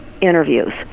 interviews